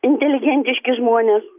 inteligentiški žmonės